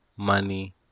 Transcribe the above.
money